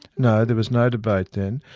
no, there was no debate then.